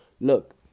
Look